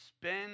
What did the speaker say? spend